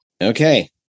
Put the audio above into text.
okay